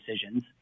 decisions